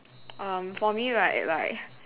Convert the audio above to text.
um for me like right